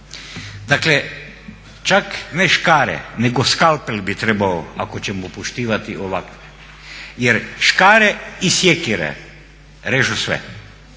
Dakle čak ne škare nego skalpel bi trebao ako ćemo poštivati ovakve. Jer škare i sjekire režu sve